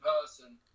person